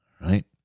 right